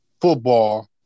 football